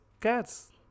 Cats